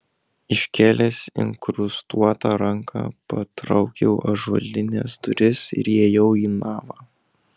iškėlęs inkrustuotą ranką patraukiau ąžuolines duris ir įėjau į navą